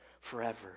forever